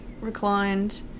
reclined